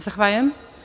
Zahvaljujem.